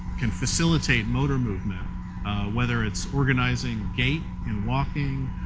can facilitate motor movement whether it's organizing gait in walking,